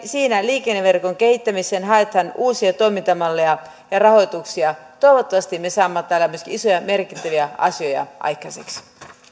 siinä liikenneverkon kehittämiseen haetaan uusia toimintamalleja ja rahoituksia toivottavasti me saamme tällä myöskin isoja merkittäviä asioita aikaiseksi